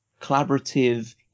collaborative